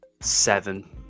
seven